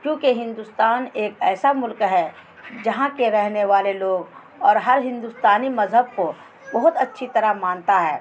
کیونکہ ہندوستان ایک ایسا ملک ہے جہاں کے رہنے والے لوگ اور ہر ہندوستانی مذہب کو بہت اچھی طرح مانتا ہے